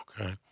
Okay